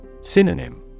Synonym